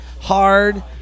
hard